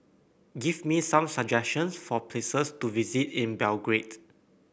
give me some suggestions for places to visit in Belgrade